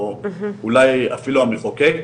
או אולי אפילו המחוקק,